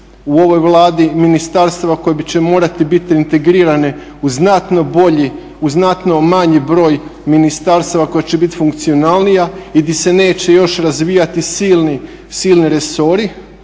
u ovoj Vladi ministarstava koja će morati biti integrirani u znatno bolji, znatno manji broj ministarstava koja će biti funkcionalnija i gdje se neće još razvijati silni resori